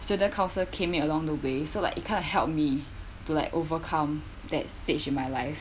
student council came in along the way so like it kind of help me to like overcome that stage in my life